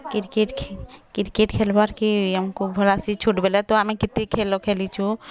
cricket cricket ଖେଲ୍ବାର୍ କେ ଆମକୁ ବଡ଼ାସି ଛୋଟ ବେଳେ ତ କେତେ ଖେଳ ଖେଲିଛୁଁ